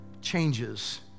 changes